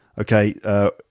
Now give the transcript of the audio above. Okay